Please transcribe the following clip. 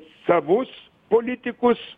savus politikus